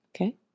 okay